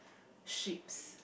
sheep's